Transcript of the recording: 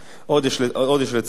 עוד יש לציין,